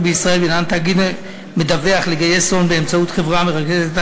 בישראל ואינן תאגיד מדווח לגייס הון באמצעות חברה המרכזת את